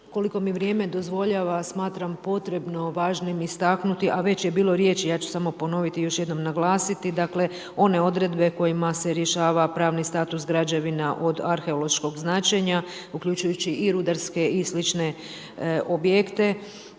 koliko mi vrijeme dozvoljava smatram potrebno važnim istaknuti, a već je bilo riječi, ja ću samo ponoviti i još jednom naglasiti, one odredbe kojima se rješava pravni status građevina od arheološkog značenja, uključujući i rudarske i slične objekte